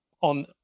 on